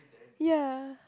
ya